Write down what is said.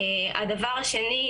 הדבר השני,